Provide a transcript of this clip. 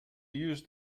use